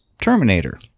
Terminator